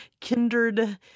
kindred